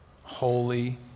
Holy